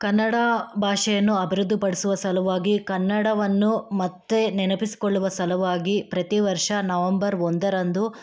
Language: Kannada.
ಕನ್ನಡ ಭಾಷೆಯನ್ನು ಅಭಿವೃದ್ಧಿಪಡಿಸುವ ಸಲುವಾಗಿ ಕನ್ನಡವನ್ನು ಮತ್ತು ನೆನಪಿಸಿಕೊಳ್ಳುವ ಸಲುವಾಗಿ ಪ್ರತಿ ವರ್ಷ ನವೆಂಬರ್ ಒಂದರಂದು